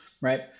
Right